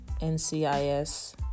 NCIS